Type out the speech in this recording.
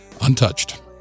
untouched